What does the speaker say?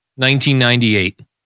1998